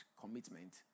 commitment